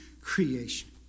creation